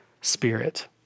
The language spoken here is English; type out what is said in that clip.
spirit